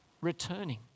returning